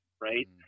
Right